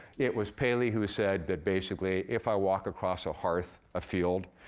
it was paley who said that basically, if i walk across a hearth, a field,